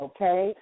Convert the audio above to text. Okay